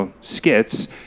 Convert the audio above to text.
skits